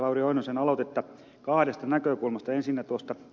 lauri oinosen aloitetta kahdesta näkökulmasta ensinnä tuosta ed